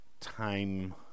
time